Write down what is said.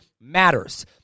matters